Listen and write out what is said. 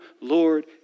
Lord